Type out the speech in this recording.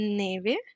neve